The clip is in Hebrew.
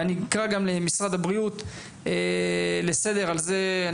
ואני אקרא גם למשרד הבריאות לסדר על זה.